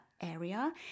area